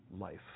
life